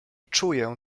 czuję